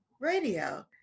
radio